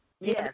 Yes